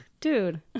dude